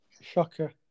shocker